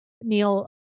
Neil